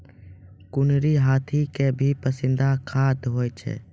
कुनरी हाथी के भी पसंदीदा खाद्य होय छै